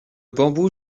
bambou